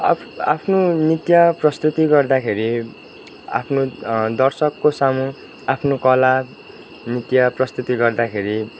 आफ् आफ्नो नृत्य प्रस्तुति गर्दाखेरि आफ्नो दर्शकको सामु आफ्नो कला नृत्य प्रस्तुति गर्दाखेरि